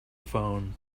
phone